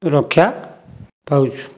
ରକ୍ଷା ପାଉଛୁ